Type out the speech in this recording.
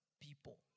people